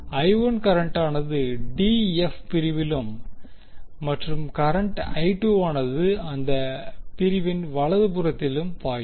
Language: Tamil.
I1 கரண்டானது d f பிரிவிலும் மற்றும் கரண்ட் I2வானது அந்த பிரிவின் வலதுபுறத்திலும் பாயும்